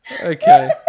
Okay